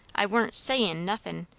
i warn't sayin' nothin',